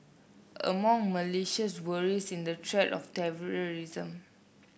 among Malaysia's worries in the threat of terrorism